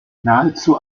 nahezu